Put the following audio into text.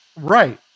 Right